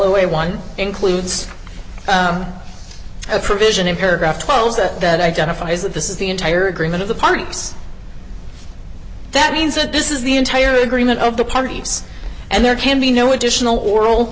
a one includes a provision in paragraph twelve that that identifies that this is the entire agreement of the parties that means that this is the entire agreement of the parties and there can be no additional oral